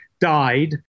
died